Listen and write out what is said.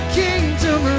kingdom